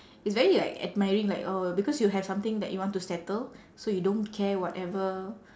it's very like admiring like oh because you have something that you want to settle so you don't care whatever